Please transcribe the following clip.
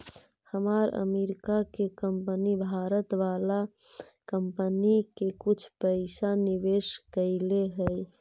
हमार अमरीका के कंपनी भारत वाला कंपनी में कुछ पइसा निवेश कैले हइ